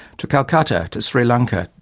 to calcutta, to sri lanka,